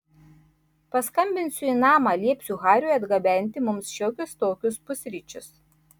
paskambinsiu į namą liepsiu hariui atgabenti mums šiokius tokius pusryčius